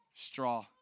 Straw